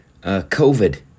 COVID